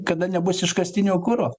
kada nebus iškastinio kuro